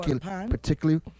particularly